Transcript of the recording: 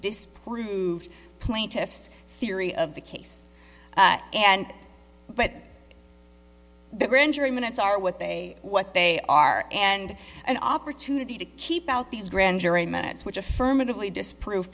disproved plaintiff's theory of the case and but the grand jury minutes are what they what they are and an opportunity to keep out these grand jury minutes which affirmatively disprove